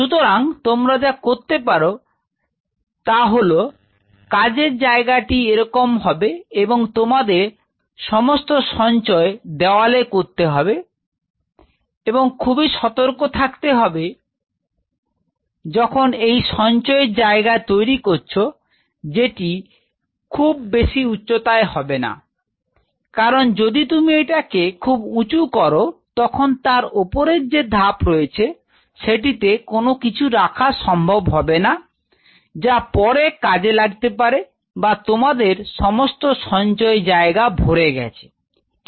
সুতরাং তোমরা যা করতে পারো তাহলে কাজের জায়গাটি এরকম হবে এবং তোমাদের সমস্ত সঞ্চয় দেওয়ালে করতে হবে এবং খুবই সতর্ক থাকতে হবে যখন এই সঞ্চয়ের জায়গা তৈরি করছ যেটি খুব বেশি উচ্চতায় হবে না কারণ যদি তুমি এটাকে খুব উঁচু করো তখন তার ওপরের যে ধাপ রয়েছে সেটিতে কোন কিছু রাখা সম্ভব হবে না যা পরে কাজে লাগতে পারে বা তোমাদের সমস্ত সঞ্চয় জায়গা ভরে গেছে ঠিক